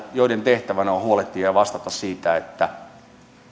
joiden tehtävänä on huolehtia ja vastata siitä että